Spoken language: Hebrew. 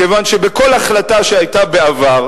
כיוון שבכל החלטה שהיתה בעבר,